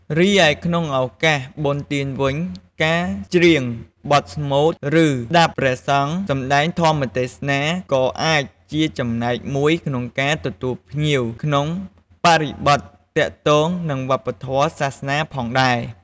រីឯក្នុងឱកាសបុណ្យទានវិញ ការច្រៀងបទស្មូត ឬ ស្ដាប់ព្រះសង្ឃសម្ដែងធម៌ទេសនាក៏អាចជាចំណែកមួយក្នុងការទទួលភ្ញៀវ ក្នុងបរិបទទាក់ទងនឹងវប្បធម៌សាសនាផងដែរ។